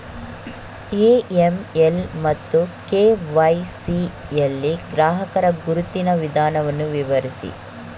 AML ಮತ್ತು KYC ಯಲ್ಲಿ ಗ್ರಾಹಕರ ಗುರುತಿನ ವಿಧಾನವನ್ನು ವಿವರಿಸಿ?